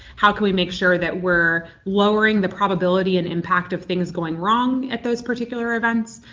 how can we make sure that we're lowering the probability and impact of things going wrong at those particular events,